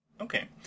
Okay